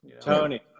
Tony